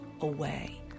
away